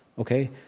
ok.